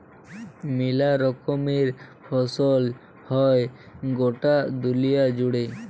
মেলা রকমের ফসল হ্যয় গটা দুলিয়া জুড়ে